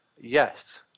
Yes